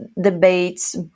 debates